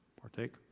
partake